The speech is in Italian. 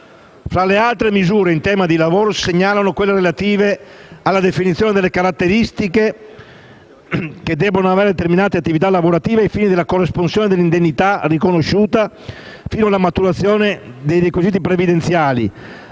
Fra le altre misure in tema di lavoro si segnalano quelle relative alla definizione delle caratteristiche che devono avere determinate attività lavorative ai fini della corresponsione dell'indennità riconosciuta, fino alla maturazione dei requisiti pensionistici,